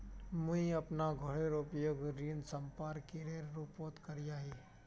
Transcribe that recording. मुई अपना घोरेर उपयोग ऋण संपार्श्विकेर रुपोत करिया ही